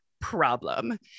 problem